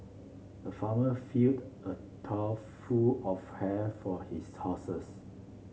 the farmer filled a trough full of hay for his horses